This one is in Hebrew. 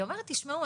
והיא אומרת 'תשמעו,